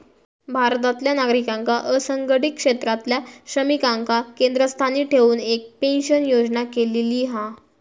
भारतातल्या नागरिकांका असंघटीत क्षेत्रातल्या श्रमिकांका केंद्रस्थानी ठेऊन एक पेंशन योजना केलेली हा